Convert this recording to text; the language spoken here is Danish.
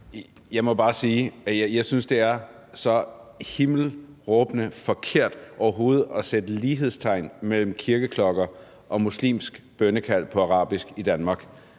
Jeg må bare sige, at jeg synes, det er så himmelråbende forkert overhovedet at sætte lighedstegn mellem kirkeklokker og muslimsk bønnekald på arabisk i Danmark.